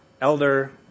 elder